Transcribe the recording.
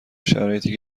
شرایطی